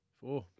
Four